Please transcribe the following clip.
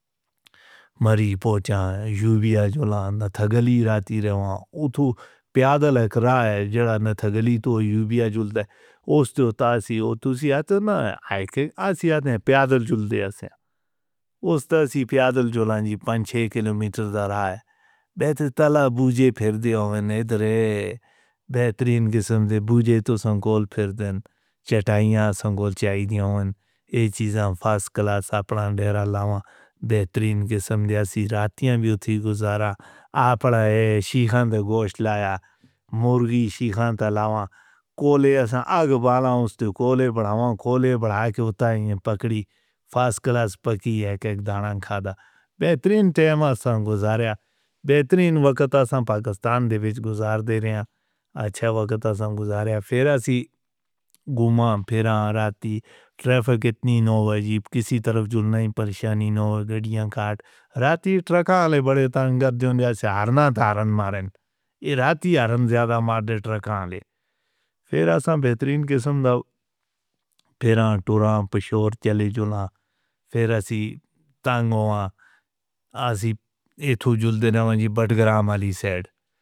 میری پوچاں یوبیا نہ تھگلی راتی ریواں اُتھو پیدل ہک رہا ہے۔ جڑا نہ تھگلی تو یوبیا جُلتے ہے۔ اوہ تو تاں سی، اوہ تو سی اَت نہیں پیدل جُلتے ہے ایسے اُس تاں سی پیدل چلنا جی پنج چھ کلو میٹر۔ دے تو تالا بُجھے پھیر دے بہترین قسم دے بُجھے تو سانکول پھیر دے چٹائیاں سانکول چائی دی ایہ چیز فاسٹ کلاس ساپرا ڈیرہ لاواں بہترین قسم جیاسی راٹھیاں وی اُٹھی گزارا آ پڑا اے شریکانت گوشت لایا مرغی شریکانت لاواں کھولے ایسا آگ والا اُس نے کھولے بڑھاوا کھولے بڑھا کے اُٹھایں گے پکڑی فاسٹ کلاس پکی اک اک دانہ کھادا بہترین ٹائم سان گزاریا بہترین وقت سا پاکستان دے بیچ گزار دے ریا، اچھا وقت سا گزاریا پھر ایسی گھوما پھر راتی۔ ٹریفک اتنی نہ عجیب کسی طرف جھولنا ہی پریشانی نہ گڈیاں کٹ راٹھی ٹرکا لے بڑے تنگ دھند ایسے ارناتھ آریان مارن ایہ راٹھی آریان زیادہ مار دے ٹرکا لے پھر ایسا بہترین کہ سندو پھر تورام پیشور چلے جُونا پھر ایسے تنگوا۔ آجی اے تو جُل دینا مجی بٹ گرام علی سید۔